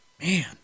Man